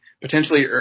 potentially